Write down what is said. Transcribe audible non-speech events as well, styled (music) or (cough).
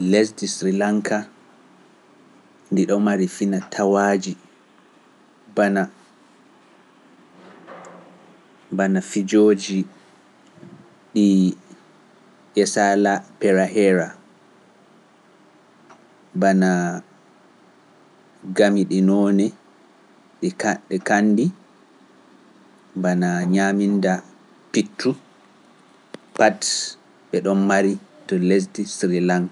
(noise) Lesdi Srilanka ndi ɗo mari fina tawaaji, bana fijooji ɗi Yesala Perahira, bana Gamiɗinoone e Kanndi, bana Nyaaminda Pitu, bat ɓe ɗon mari lesdi Srilanka.